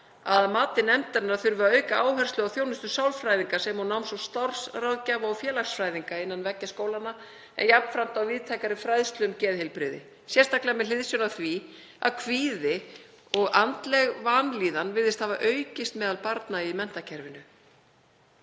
að mati nefndarinnar þurfi að auka áherslu á þjónustu sálfræðinga sem og náms- og starfsráðgjafa og félagsfræðinga innan veggja skólanna en jafnframt á víðtækari fræðslu um geðheilbrigði, sérstaklega með hliðsjón af því að kvíði og andleg vanlíðan virðist hafa aukist meðal barna í menntakerfinu.